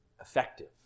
effective